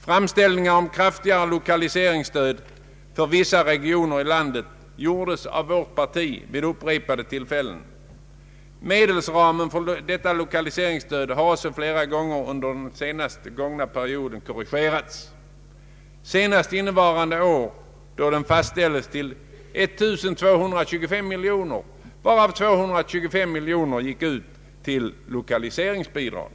Framställningar om kraftigare lokaliseringsstöd för vissa regioner i landet gjordes av vårt parti vid upprepade tillfällen. Medelsramen för lokaliseringsstödet har också korrigerats flera gånger under den gångna perioden, senast innevarande år då den fastställdes till 1225 miljoner kronor, varav 225 miljoner i lokaliseringsbidrag.